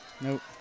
Nope